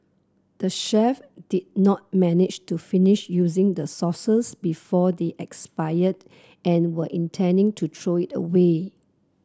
the chef did not manage to finish using the sauces before they expired and were intending to throw it away